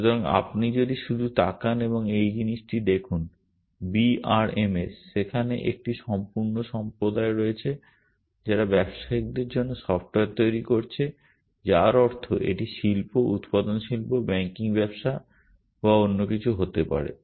সুতরাং আপনি যদি শুধু তাকান এই জিনিসটি দেখুন B R M S সেখানে একটি সম্পূর্ণ সম্প্রদায় রয়েছে যারা ব্যবসায়িকদের জন্য সফ্টওয়্যার তৈরি করছে যার অর্থ এটি শিল্প উত্পাদন শিল্প ব্যাংকিং ব্যবসা বা অন্য কিছু হতে পারে